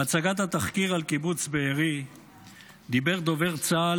בהצגת התחקיר על קיבוץ בארי דיבר דובר צה"ל